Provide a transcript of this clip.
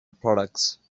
products